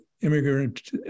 immigrant